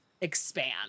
expand